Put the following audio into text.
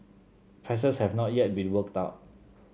prices have not yet been worked out